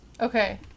Okay